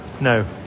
No